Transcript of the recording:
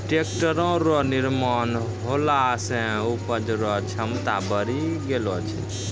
tractor रो निर्माण होला से उपज रो क्षमता बड़ी गेलो छै